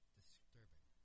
Disturbing